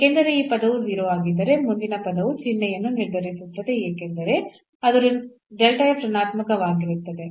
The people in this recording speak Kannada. ಏಕೆಂದರೆ ಈ ಪದವು 0 ಆಗಿದ್ದರೆ ಮುಂದಿನ ಪದವು ಚಿಹ್ನೆಯನ್ನು ನಿರ್ಧರಿಸುತ್ತದೆ ಏಕೆಂದರೆ ಅದು ಋಣಾತ್ಮಕವಾಗಿರುತ್ತದೆ